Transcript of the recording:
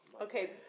Okay